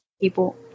people